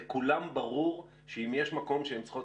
לכולם ברור שאם יש מקום שהן צריכות